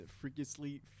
freakishly